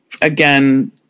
again